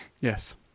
Yes